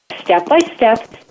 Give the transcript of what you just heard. step-by-step